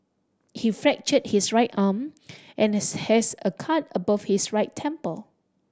he fractured his right arm and has a cut above his right temple